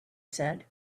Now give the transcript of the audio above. said